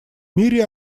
мире